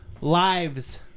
lives